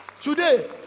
today